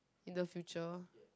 in the future